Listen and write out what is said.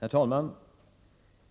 Herr talman!